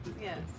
yes